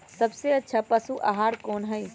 सबसे अच्छा पशु आहार कोन हई?